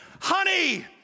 Honey